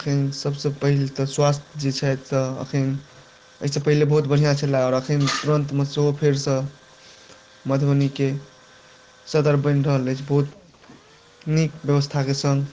एखन सभसँ पहिल तऽ स्वास्थ जे छथि तऽ एखन एहिसँ पहिने बहुत बढ़िआँ छलए आओर एखन तुरन्तमे सेहो फेरसँ मधुबनीके सदर बनि रहल अछि बहुत नीक व्यवस्थाक सङ्ग